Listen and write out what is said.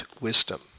wisdom